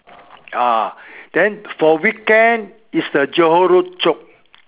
ah then for weekend is the Johor road chok